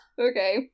Okay